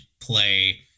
play